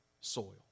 soil